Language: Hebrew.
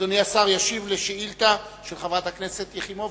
אדוני השר ישיב לשאילתא של חברת הכנסת יחימוביץ.